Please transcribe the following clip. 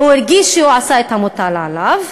או הרגיש שהוא עשה את המוטל עליו,